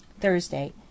Thursday